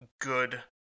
good